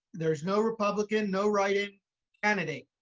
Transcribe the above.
there's no republican, no write-in candidate.